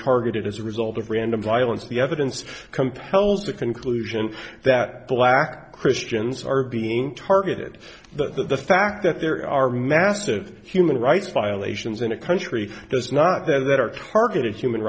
targeted as a result of random violence the evidence compels the conclusion that black christians are being targeted but the fact that there are massive human rights violations in a country does not that are targeted human